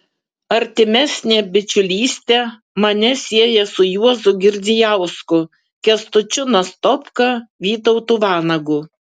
artimesnė bičiulystė mane sieja su juozu girdzijausku kęstučiu nastopka vytautu vanagu